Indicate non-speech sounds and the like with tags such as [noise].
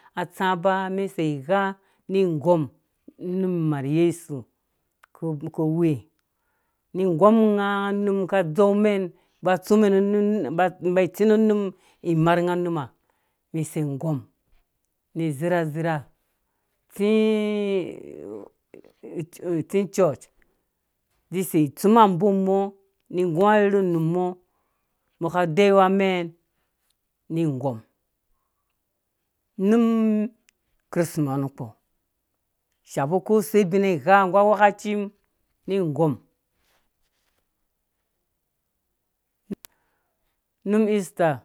[unintelligible] atsã ba mɛn sei gha ni gɔm num imah uyesu ku we nu gɔm nga num ka dzeu mɛn [hesitation] tsi church zi sei tsuma abom mɔ nggu arherhu umumɔ mbɔ ka deyiwa mɛn ni gɔm num krisi ma nu kpɔ shabu ko sebina igha nggu anghwe ka a mum ni gɔm num ista.